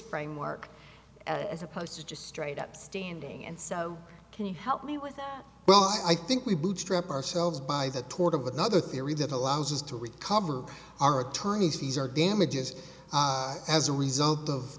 framework as opposed to just straight up standing and so can you help me with well i think we bootstrap ourselves by the tort of another theory that allows us to recover our attorney's fees or damages as a result of